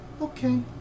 Okay